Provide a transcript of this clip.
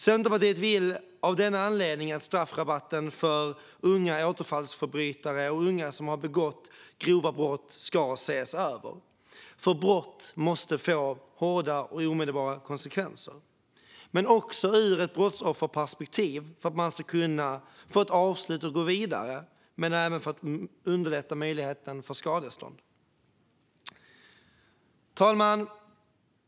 Centerpartiet vill av denna anledning att straffrabatten för unga återfallsförbrytare och unga som har begått grova brott ska ses över, för brott måste få hårda och omedelbara konsekvenser, också ur ett brottsofferperspektiv, för att man ska kunna få ett avslut och gå vidare men även för att underlätta möjligheten till skadestånd. Fru talman!